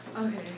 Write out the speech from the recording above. Okay